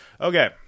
okay